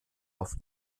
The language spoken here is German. auf